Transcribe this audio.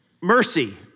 mercy